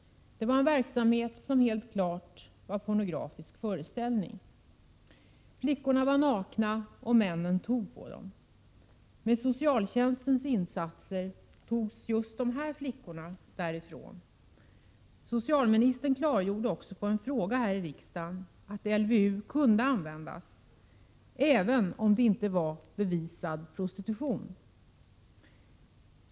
Det var en verksamhet som helt klart var pornografisk föreställning. Flickorna var nakna, och männen tog på dem. Med socialtjänstens insatser togs just de här flickorna därifrån. Socialministern klargjorde också på en fråga här i riksdagen att LVU kunde användas, även om det inte var fråga om bevisad prostitution.